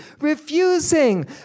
refusing